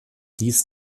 dies